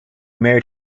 married